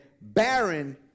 barren